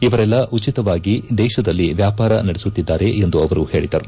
ಇವರೆಲ್ಲಾ ಉಚಿತವಾಗಿ ದೇಶದಲ್ಲಿ ವ್ಯಾಪಾರ ನಡೆಸುತ್ತಿದ್ದಾರೆ ಎಂದು ಅವರು ಹೇಳಿದರು